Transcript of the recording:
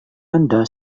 anda